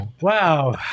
Wow